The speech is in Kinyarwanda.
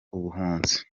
ubuhunzi